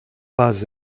pas